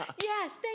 yes